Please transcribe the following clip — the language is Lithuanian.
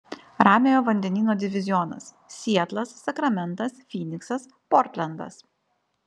ramiojo vandenyno divizionas sietlas sakramentas fyniksas portlendas